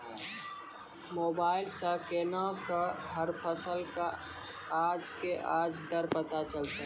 Mobile सऽ केना कऽ हर फसल कऽ आज के आज दर पता चलतै?